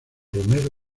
romero